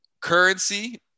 Currency